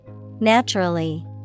Naturally